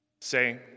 say